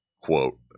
quote